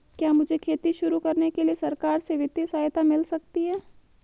क्या मुझे खेती शुरू करने के लिए सरकार से वित्तीय सहायता मिल सकती है?